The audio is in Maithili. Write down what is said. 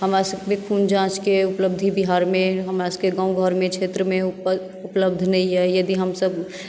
हमरा सभकेँ खून जाँचके उपलब्धि बिहारमे हमरा सभकेँ गाँवमे घरमे क्षेत्रमे उपलब्ध नहि अहि यदि हमसभ